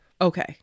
Okay